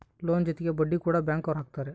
loan ಜೊತೆಗೆ ಬಡ್ಡಿ ಕೂಡ ಬ್ಯಾಂಕ್ ಅವ್ರು ಹಾಕ್ತಾರೆ